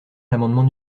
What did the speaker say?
l’amendement